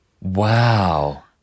Wow